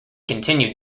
continued